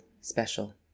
special